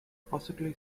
possibly